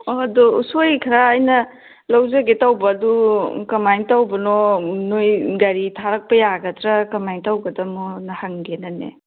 ꯑꯣ ꯑꯗꯨ ꯎꯁꯣꯏ ꯈꯔ ꯑꯩꯅ ꯂꯧꯖꯒ ꯇꯧꯕ ꯑꯗꯣ ꯀꯃꯥꯏꯅ ꯇꯧꯕꯅꯣ ꯅꯣꯏ ꯒꯥꯔꯤ ꯊꯥꯔꯛꯄ ꯌꯥꯒꯗ꯭ꯔ ꯀꯃꯥꯏꯅ ꯇꯧꯒꯗꯃꯣꯅ ꯍꯪꯒꯦꯅꯅꯦ